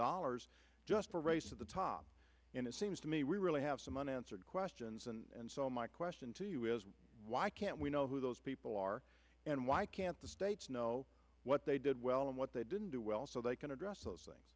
dollars just for race to the top and it seems to me we really have some unanswered questions and so my question to you is why can't we know who those people are and why can't the states know what they did well and what they didn't do well so they can address those